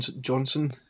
Johnson